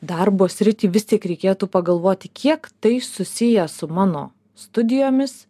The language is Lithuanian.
darbo sritį vistik reikėtų pagalvoti kiek tai susiję su mano studijomis